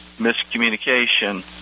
miscommunication